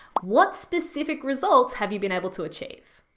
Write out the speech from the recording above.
what specific results have you been able to achieve?